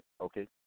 Okay